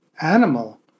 animal